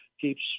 keeps